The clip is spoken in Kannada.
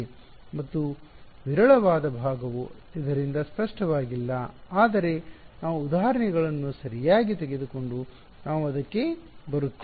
ಮತ್ತು ವಿರಳವಾದ ಭಾಗವು ಇದರಿಂದ ಸ್ಪಷ್ಟವಾಗಿಲ್ಲ ಆದರೆ ನಾವು ಉದಾಹರಣೆಗಳನ್ನು ಸರಿಯಾಗಿ ತೆಗೆದು ಕೊ0ಡು ನಾವು ಅದಕ್ಕೆ ಬರುತ್ತೇವೆ